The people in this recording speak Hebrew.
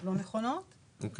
לא נכונות, לדעתי.